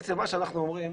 בעצם מה שאנחנו אומרים,